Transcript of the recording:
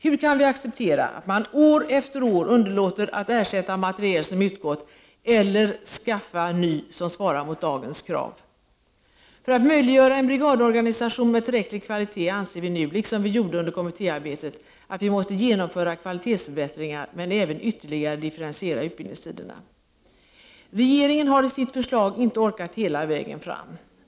Hur kan vi acceptera att man år efter år underlåter att ersätta materiel som utgått eller anskaffa ny som svarar mot dagens krav? För att möjliggöra en brigadorganisation med tillräcklig kvalitet anser vi nu, liksom vi gjorde under kommittéarbetet, att man måste genomföra kvalitetsförbättringar men även ytterligare differentiera utbildningstiderna. Regeringen har i sitt förslag inte orkat hela vägen fram.